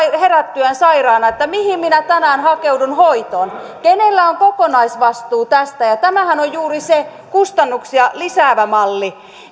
herättyään sairaana että mihin minä tänään hakeudun hoitoon kenellä on kokonaisvastuu tästä ja tämähän on juuri se kustannuksia lisäävä malli